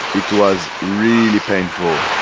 was really painful.